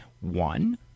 One